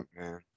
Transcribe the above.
man